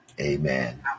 Amen